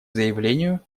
заявлению